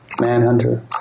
Manhunter